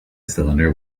cylinder